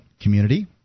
community